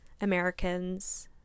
Americans